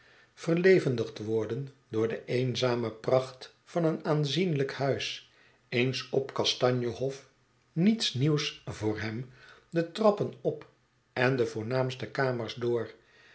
verlevendigd worden door de eenzame pracht van een aanzienlijk huis eens op kastanje hof niets nieuws voor hem de trappen op en de voornaamste kamers door